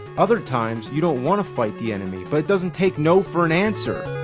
other times, you don't want to fight the enemy, but it doesn't take no for an answer!